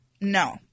No